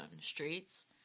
streets